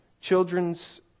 children's